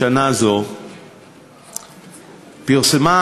שנה זו היא פרסמה,